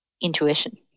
intuition